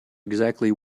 exactly